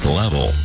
level